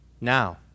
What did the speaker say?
now